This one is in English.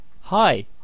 Hi